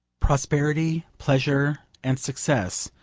prosperity, pleasure and success,